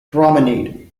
promenade